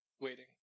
waiting